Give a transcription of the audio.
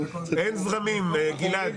אין זרמים, גלעד.